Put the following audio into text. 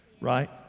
right